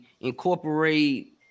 incorporate